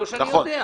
לא שאני יודע.